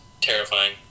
terrifying